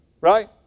right